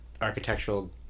architectural